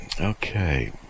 okay